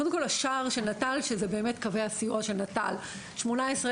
קודם כל השער של נט"ל שזה באמת קווי הסיוע של נט"ל שבהם אנו מקבלים בין